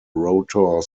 rotor